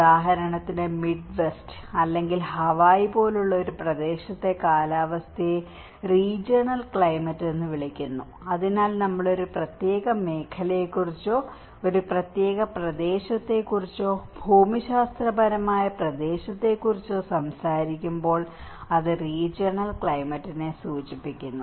ഉദാഹരണത്തിന് മിഡ്വെസ്റ്റ് അല്ലെങ്കിൽ ഹവായ് പോലുള്ള ഒരു പ്രദേശത്തെ കാലാവസ്ഥയെ റീജിയണൽ ക്ലൈമറ്റ് എന്ന് വിളിക്കുന്നു അതിനാൽ നമ്മൾ ഒരു പ്രത്യേക മേഖലയെക്കുറിച്ചോ ഒരു പ്രത്യേക പ്രദേശത്തെക്കുറിച്ചോ ഭൂമിശാസ്ത്രപരമായ പ്രദേശത്തെക്കുറിച്ചോ സംസാരിക്കുമ്പോൾ അത് റീജിയണൽ ക്ലൈമറ്റിനെ സൂചിപ്പിക്കുന്നു